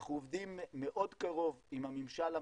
אנחנו עובדים מאוד קרוב עם הממשל המצרי,